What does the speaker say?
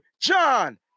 john